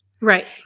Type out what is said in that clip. Right